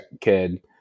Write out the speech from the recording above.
kid